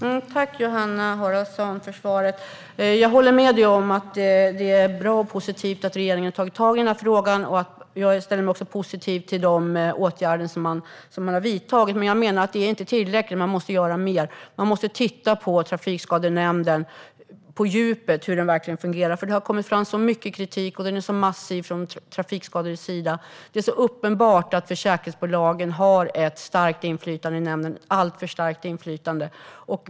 Herr talman! Jag tackar för svaret. Jag håller med om att det är bra att regeringen har tagit tag i den här frågan. Jag ställer mig också positiv till de åtgärder som man har vidtagit. Men jag menar att detta inte är tillräckligt - man måste göra mer. Man måste titta på Trafikskadenämnden på djupet. Man måste titta på hur den verkligen fungerar, för det har kommit fram så mycket kritik från trafikskadades sida, och denna kritik är massiv. Det är uppenbart att försäkringsbolagen har ett starkt inflytande - alltför starkt - i nämnden.